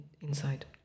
inside